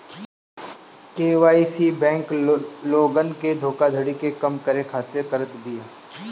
KYC bank लोगन के धोखाधड़ी के कम करे खातिर करत बिया